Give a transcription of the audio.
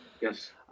Yes